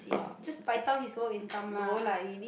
just paitao his work and come lah